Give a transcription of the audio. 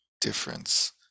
difference